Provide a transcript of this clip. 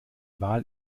wal